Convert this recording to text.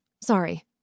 sorry